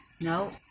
No